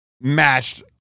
matched